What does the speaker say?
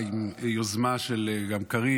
גם ביוזמה של קארין,